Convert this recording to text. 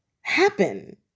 happen